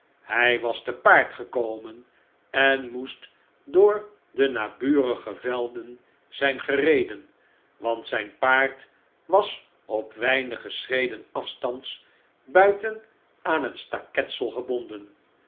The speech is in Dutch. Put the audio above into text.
hij was te paard gekomen en moest door de na burige velden zijn gereden want zijn paard was op weinige schreden afstands buiten aan het staketsel gebonden